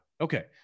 Okay